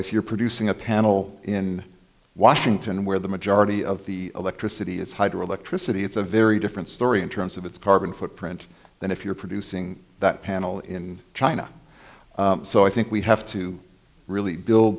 if you're producing a panel in washington where the majority of the electricity is hydro electricity it's a very different story in terms of its carbon footprint than if you're producing that panel in china so i think we have to really buil